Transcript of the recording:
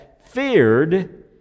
feared